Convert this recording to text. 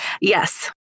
Yes